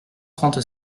trente